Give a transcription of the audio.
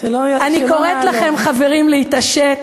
אני קוראת לכם, חברים, להתעשת.